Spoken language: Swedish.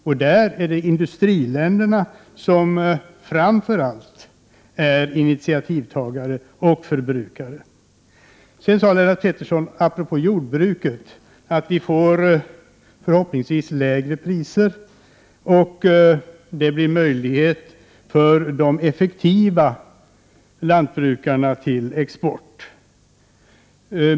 Därvidlag är det industriländerna som framför allt är initiativtagare och förbrukare. Sedan sade Lennart Pettersson apropå jordbruket att vi förhoppningsvis får lägre priser och att det blir möjlighet till export för de effektiva lantbrukarna.